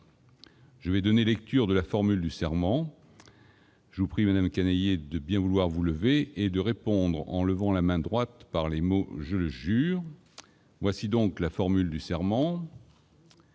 Je vais donner lecture de la formule du serment. Je vous prie, madame Canayer, de bien vouloir vous lever et de répondre, en levant la main droite, par les mots :« Je le jure ». Voici la formule du serment